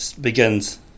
begins